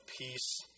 peace